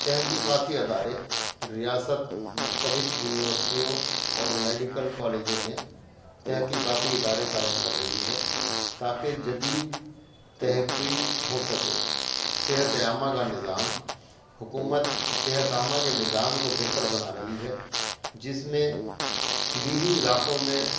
تحقیقاتی ادارے ریاست مختلف یونیورسٹیوں اور میڈیکل کالجوں میں تحقیقاتی ادارے قائم کر رہی ہے تا کہ جدید تحقیق ہو سکے صحت عامہ کا نظام حکومت صحت عامہ کے نظام کو بہتر بنا رہی ہے جس میں دیہی علاقوں میں